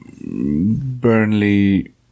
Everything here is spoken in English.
Burnley